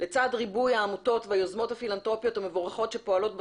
לצד ריבוי העמותות והיוזמות הפילנטרופיות המבורכות שפועלות בתחום,